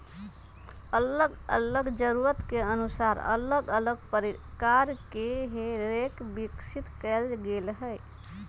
अल्लग अल्लग जरूरत के अनुसार अल्लग अल्लग प्रकार के हे रेक विकसित कएल गेल हइ